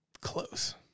Close